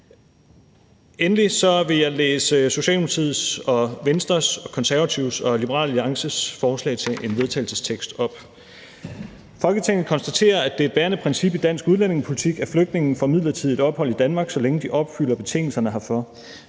Endelig vil jeg læse Socialdemokratiets, Venstres, De Konservatives og Liberal Alliances forslag til vedtagelse op: Forslag til vedtagelse »Folketinget konstaterer, at det er et bærende princip i dansk udlændingepolitik, at flygtninge får midlertidigt ophold i Danmark, så længe de opfylder betingelserne herfor.